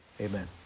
Amen